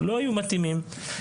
הילדה מסיימת בגרות בהצטיינות,